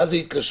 מה זו ההתקשרות?